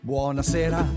Buonasera